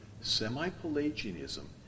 Semi-Pelagianism